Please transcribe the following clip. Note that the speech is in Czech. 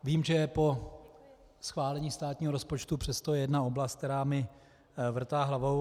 Vím, že po schválení státního rozpočtu je přesto jedna oblast, která mi vrtá hlavou.